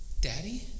daddy